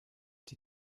die